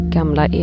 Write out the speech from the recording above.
Gamla